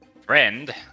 Friend